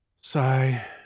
Sigh